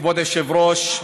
כבוד היושב-ראש,